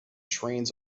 trains